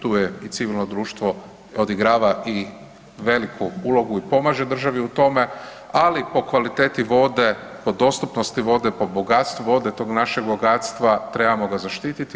Tu je i civilno društvo, odigrava i veliku ulogu i pomaže državi u tome, ali po kvaliteti vode, po dostupnosti vode, po bogatstvu vode tog našeg bogatstva, trebamo ga zaštititi.